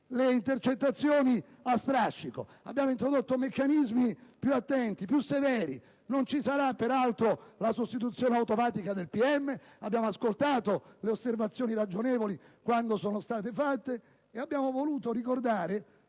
le intercettazioni a strascico. Abbiamo introdotto meccanismi più attenti e severi. Non ci sarà peraltro la sostituzione automatica del PM: ciò dimostra che abbiamo ascoltato le osservazioni ragionevoli, quando sono state formulate. Abbiamo voluto ricordare